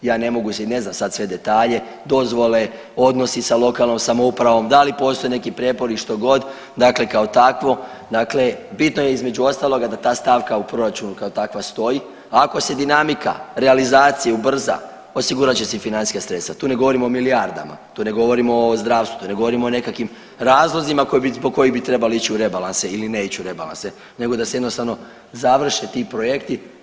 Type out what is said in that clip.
Ja ne mogu si, ne znam sad sve detalje, dozvole, odnosi sa lokalnom samoupravom, da li postoje neki prijepori, štogod, dakle kao takvo, dakle bitno je između ostaloga da ta stavka u proračunu kao takva stoji, ako se dinamika realizacije ubrza, osigurat će se i financijska sredstva, tu ne govorimo o milijardama, tu ne govorimo o zdravstvu, tu ne govorimo o nekakvim razlozima po koji bi trebali ići u rebalanse ili ne ići u rebalanse nego da se jednostavno završe ti projekti.